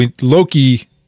Loki